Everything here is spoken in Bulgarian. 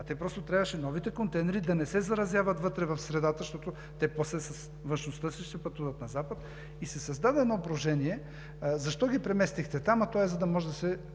А просто трябваше новите контейнери да не се заразяват вътре в средата, защото те после с външността си ще пътуват на Запад. И се създава едно брожение – защо ги преместихте там? А то е, за да може да се